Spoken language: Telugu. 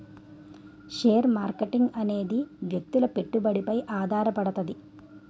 షేర్ మార్కెటింగ్ అనేది వ్యక్తుల పెట్టుబడిపై ఆధారపడుతది